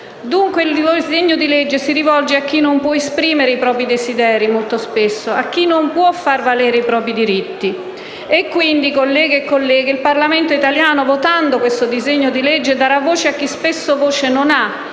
dunque il disegno di legge si rivolge a chi, molto spesso, non può esprimere i propri desideri, a chi non può far valere i propri diritti. Ebbene, colleghi e colleghe, il Parlamento italiano, votando questo disegno di legge, darà voce a chi spesso voce non ha